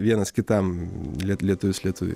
vienas kitam liet lietuvis lietuviui